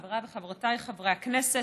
חבריי וחברותיי חברי הכנסת,